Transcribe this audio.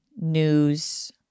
news